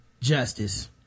Justice